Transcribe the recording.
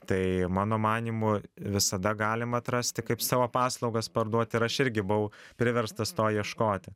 tai mano manymu visada galima atrasti kaip savo paslaugas parduoti ir aš irgi buvau priverstas to ieškoti